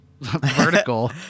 vertical